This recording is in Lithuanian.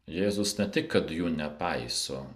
jėzus ne tik kad jų nepaiso